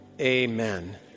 Amen